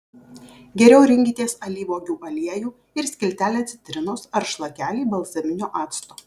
geriau rinkitės alyvuogių aliejų ir skiltelę citrinos ar šlakelį balzaminio acto